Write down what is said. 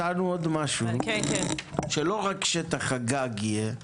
הצענו עוד משהו: שלא רק שטח הגג יהיה.